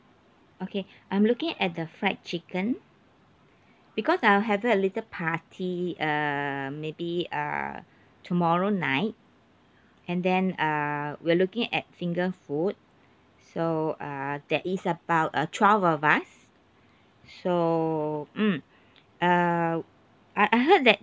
okay I'm looking at the fried chicken because I'll have a little party err maybe err tomorrow night and then err we're looking at finger food so ah there is about uh twelve of us so mm uh I I heard that